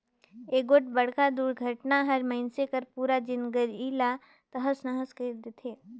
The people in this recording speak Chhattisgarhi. एगोठ बड़खा दुरघटना हर मइनसे के पुरा जिनगी ला तहस नहस कइर देथे